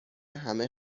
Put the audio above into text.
همه